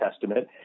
Testament